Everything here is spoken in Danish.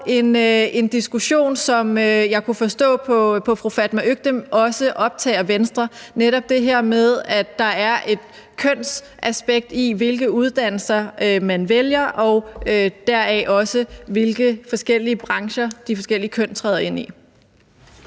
en diskussion, som jeg kunne forstå på fru Fatma Øktem også optager Venstre, netop det her med, at der er et kønsaspekt, i forhold til hvilke uddannelser man vælger, og deraf også hvilke forskellige brancher de forskellige køn træder ind i.